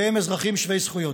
והם אזרחים שווי זכויות.